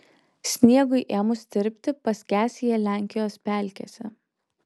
sniegui ėmus tirpti paskęs jie lenkijos pelkėse